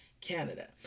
Canada